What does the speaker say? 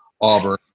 Auburn